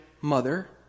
mother